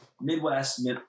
Midwest